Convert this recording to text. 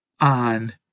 on